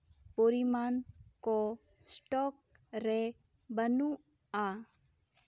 ᱯᱚᱨᱤᱢᱟᱱ ᱠᱚ ᱥᱴᱚᱠ ᱨᱮ ᱵᱟᱹᱱᱩᱜᱼᱟ